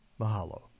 Mahalo